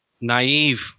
naive